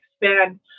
expand